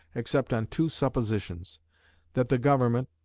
except on two suppositions that the government,